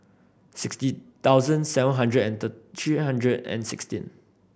sixty thousand seven hundred and three hundred and sixteen